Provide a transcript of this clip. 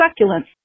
succulents